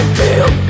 feel